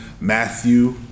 Matthew